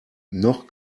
noch